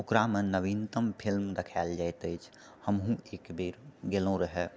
ओकरामे नवीनतम फिल्म देखाएल जाइत अछि हमहुँ एकबेर गेलहुँ रहए